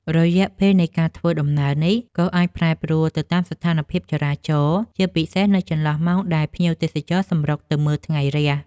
រយៈពេលនៃការធ្វើដំណើរនេះ ក៏អាចប្រែប្រួលទៅតាមស្ថានភាពចរាចរណ៍ ជាពិសេសនៅចន្លោះម៉ោងដែលភ្ញៀវទេសចរសម្រុកទៅមើលថ្ងៃរះ។